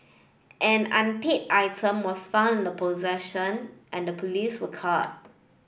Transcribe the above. an unpaid item was found in the possession and the police were called